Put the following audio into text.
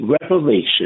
revelation